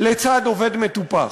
לצד עובד מטופח?